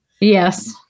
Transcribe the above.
Yes